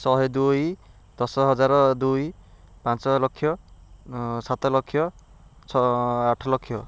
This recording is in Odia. ଶହେ ଦୁଇ ଦଶ ହଜାର ଦୁଇ ପାଞ୍ଚ ଲକ୍ଷ ସାତ ଲକ୍ଷ ଛ ଆଠ ଲକ୍ଷ